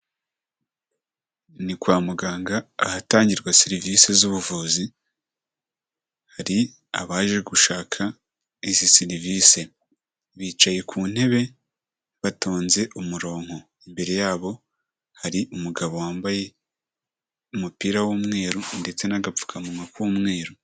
Ni kwa muganga ahatangirwa serivisi z'ubuvuzi, hari abaje gushaka izi serivisi. Bicaye ku ntebe batonze umurongo. Imbere yabo hari umugabo wambaye umupira w'umweru ndetse n'agapfukamuwa k'umweru.